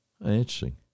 Interesting